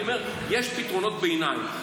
אני אומר, יש פתרונות ביניים.